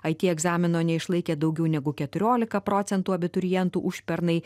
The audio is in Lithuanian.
ai ty egzamino neišlaikė daugiau negu keturiolika procentų abiturientų užpernai